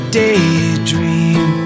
daydream